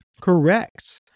Correct